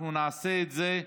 אנחנו נעשה את זה.